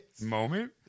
moment